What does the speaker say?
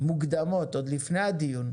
מוקדמות עוד לפני הדיון,